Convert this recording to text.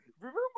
Remember